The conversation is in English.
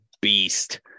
beast